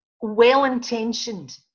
well-intentioned